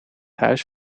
huis